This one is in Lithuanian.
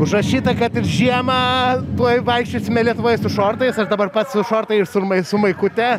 užrašyta kad ir žiemą tuoj vaikščiosime lietuvoje su šortais o dabar pats šortai ir su mai su maikute